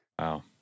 Wow